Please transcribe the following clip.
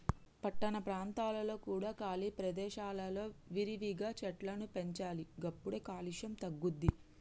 పట్టణ ప్రాంతాలలో కూడా ఖాళీ ప్రదేశాలలో విరివిగా చెట్లను పెంచాలి గప్పుడే కాలుష్యం తగ్గుద్ది